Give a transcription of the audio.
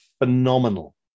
Phenomenal